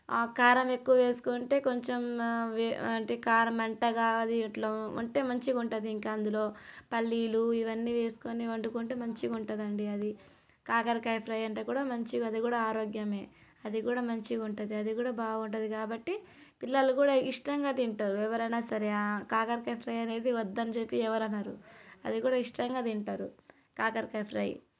కారం ఎక్కువ వేసుకుంటే కొంచెం అంటే కారం మంటగా ఇట్లా ఉంటే మంచిగా ఉంటుంది ఇంకా అందులో పల్లీలు ఇవన్నీ వేసుకొని వండుకుంటే మంచిగా ఉంటుంది అండి అది కాకరకాయ ఫ్రై అంటే కూడా అది కూడా మంచిగా ఆరోగ్యమే అది కూడా మంచిగా ఉంటుంది అది కూడా బాగుంటుంది కాబట్టి పిల్లలు కూడా ఇష్టంగా తింటారు ఎవరైనా సరే కాకరకాయ ఫ్రై అనేది వద్దని చెప్పి ఎవరు అన్నారు అది కూడా ఇష్టంగా తింటారు కాకరకాయ ఫ్రై